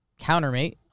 countermate